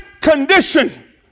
condition